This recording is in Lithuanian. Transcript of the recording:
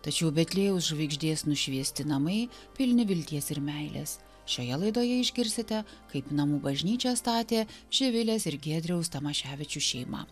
tačiau betliejaus žvaigždės nušviesti namai pilni vilties ir meilės šioje laidoje išgirsite kaip namų bažnyčią statė živilės ir giedriaus tamaševičių šeima